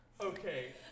Okay